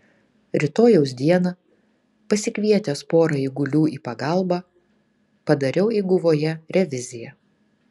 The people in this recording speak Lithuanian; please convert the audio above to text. rytojaus dieną pasikvietęs pora eigulių į pagalbą padariau eiguvoje reviziją